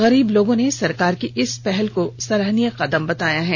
गरीब लोगों ने सरकार की इस पहल को लोगों ने सराहनीय कदम बताया है